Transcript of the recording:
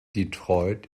detroit